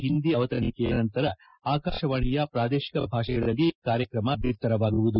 ಹಿಂದಿ ಅವತರಣಿಕೆಯ ನಂತರ ಆಕಾಶವಾಣಿಯ ಪ್ರಾದೇಶಿಕ ಭಾಷೆಗಳಲ್ಲಿ ಕಾರ್ಯಕ್ರಮ ಬಿತ್ತರವಾಗಲಿದೆ